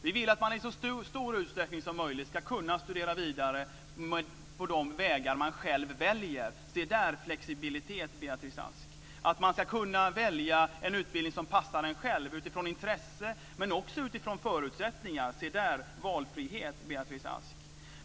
Vi vill att man i så stor utsträckning som möjligt ska kunna studera vidare på de vägar man själv väljer. Se där, flexibilitet, Beatrice Vi vill att man ska kunna välja en utbildning som passar en själv utifrån intresse, men också utifrån förutsättningar. Se där, valfrihet, Beatrice Ask.